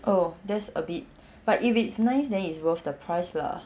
oh that's a bit but if it's nice then it's worth the price lah